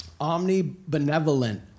omnibenevolent